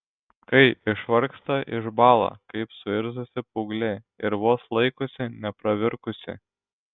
kai išvargsta išbąla kaip suirzusi paauglė ir vos laikosi nepravirkusi